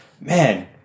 man